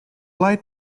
lied